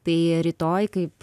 tai rytoj kaip